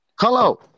Hello